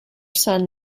son